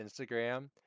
Instagram